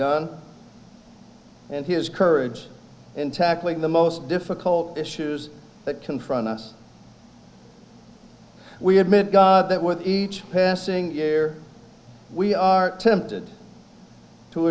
done and his courage in tackling the most difficult issues that confront us we admit that with each passing year we are tempted to